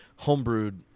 homebrewed